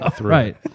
Right